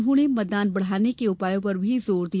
उन्होंने मतदान बढ़ाने के उपायों पर भी जोर दिया